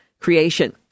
creation